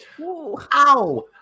Ow